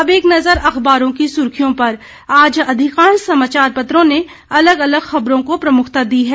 अब एक नज़र अखबारों की सुर्खियों पर आज अधिकांश समाचार पत्रों ने अलग अलग खबरों को प्रमुखता दी है